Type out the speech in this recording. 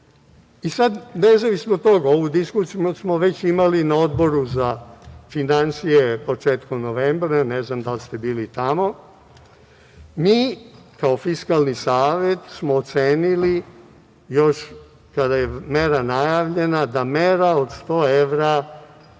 sad, nezavisno od toga, ovu diskusiju smo već imali na Odboru za finansije početkom novembra, ne znam da li ste bili tamo, mi kao Fiskalni savet smo ocenili još kada je mera najavljena da mera od 100 evra